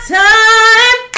time